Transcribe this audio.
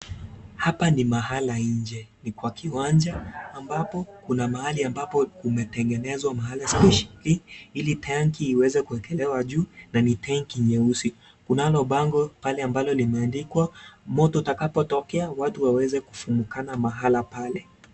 Hapa ni mahala nje ni kwa kiwanja ambapo kuna mahali ambapo kumetengenezwa mahala spesheli ili tanki iweze kuekelewa juu na ni tanki nyeusi. Kunalo bango pale ambalo limeandikwa moto utakapotokea watu waweze kufumukana mahala pale.